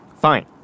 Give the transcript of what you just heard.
Fine